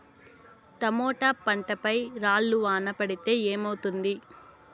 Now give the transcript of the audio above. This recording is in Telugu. టమోటా పంట పై రాళ్లు వాన పడితే ఏమవుతుంది?